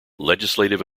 legislative